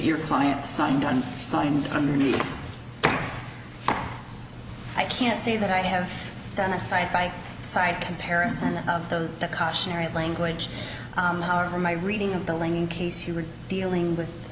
your client signed on signed underneath i can't say that i have done a side by side comparison of those cautionary language or my reading of building in case you were dealing with